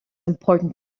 important